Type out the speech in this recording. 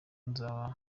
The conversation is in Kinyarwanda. nzaba